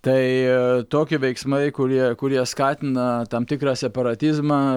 tai tokie veiksmai kurie kurie skatina tam tikrą separatizmą